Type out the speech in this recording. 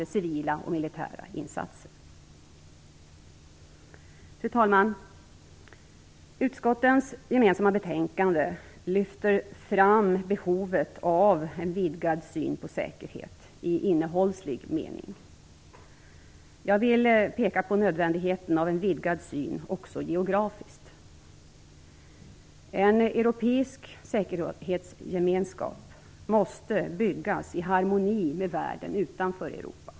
Utskottens gemensamma betänkande lyfter fram behovet av en vidgad syn på säkerhet, i innehållslig mening. Jag vill peka på nödvändigheten av en vidgad syn också geografiskt. En europeisk säkerhetsgemenskap måste byggas i harmoni med världen utanför Europa.